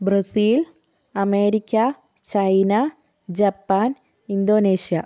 Brazil America China Japan Indonesia